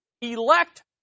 elect